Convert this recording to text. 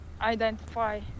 identify